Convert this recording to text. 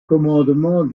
commandement